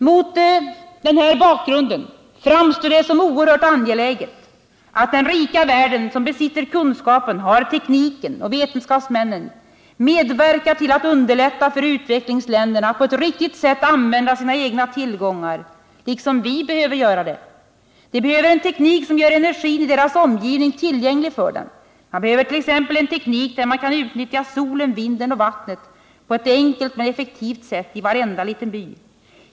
Mot den här bakgrunden framstår det som oerhört angeläget att den rika världen som besitter kunskapen, har tekniken och vetenskapsmännen, medverkar till att underlätta för utvecklingsländerna att på ett riktigt sätt använda sina egna tillgångar liksom vi behöver göra det. De behöver en teknik som gör energin i deras omgivning tillgänglig för dem. Man behöver t.ex. en teknik där man kan utnyttja solen, vinden och vattnet på ett enkelt men effektivt sätt i varenda liten by.